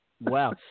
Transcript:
Wow